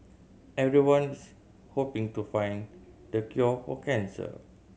everyone's hoping to find the cure for cancer